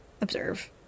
observe